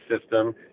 system